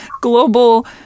global